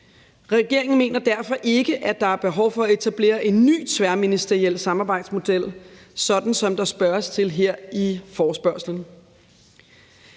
Regeringen mener derfor ikke, at der er behov for at etablere en ny tværministeriel samarbejdsmodel, sådan som der spørges til her i forespørgslen.